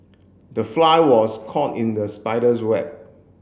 the fly was caught in the spider's web